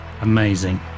amazing